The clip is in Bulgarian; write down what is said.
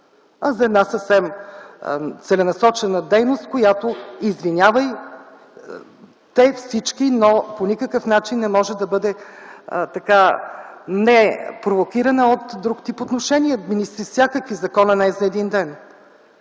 а за една съвсем целенасочена дейност, която, извинявайте всички, но по никакъв начин не може да бъде провокирана от друг тип отношения – всякакви. Законът не е за един ден.